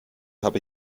habe